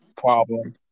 problem